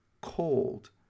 cold